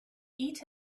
eat